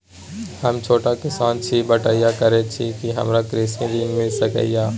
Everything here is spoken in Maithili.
हम छोट किसान छी, बटईया करे छी कि हमरा कृषि ऋण मिल सके या?